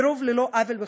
על פי רוב ללא עוול בכפם,